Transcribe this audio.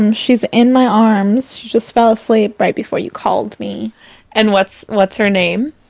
um she's in my arms, she just fell asleep right before you called me and what's. what's her name?